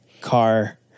car